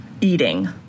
eating